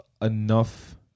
enough